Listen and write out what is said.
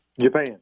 Japan